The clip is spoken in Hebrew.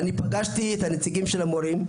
פגשתי את נציגי המורים.